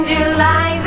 July